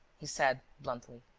he said, bluntly.